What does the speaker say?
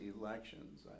elections